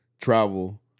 travel